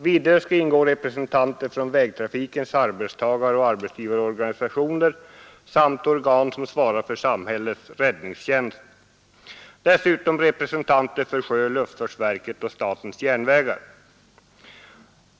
Vidare skall ingå företrädare för vägtrafikens arbetsgivaroch arbetstagarorganisationer, organ som svarar för samhällets räddningstjänst samt representanter för sjöoch luftfartsverken och statens järnvägar.